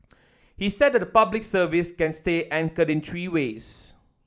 he said that the Public Service can stay anchored in three ways